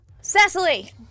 Cecily